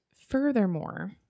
furthermore